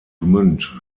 gmünd